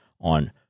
on